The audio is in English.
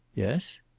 yes?